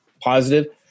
positive